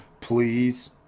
please